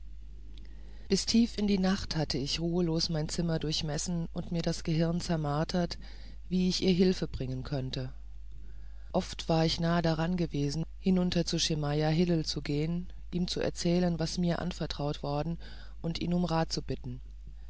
bis tief in die nacht hatte ich ruhelos mein zimmer durchmessen und mir das gehirn zermartert wie ich ihr hilfe bringen könnte oft war ich nahe daran gewesen hinunter zu schemajah hillel zu gehen ihm zu erzählen was mir anvertraut worden und ihn um rat zu bitten